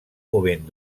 movent